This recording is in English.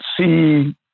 see